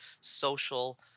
social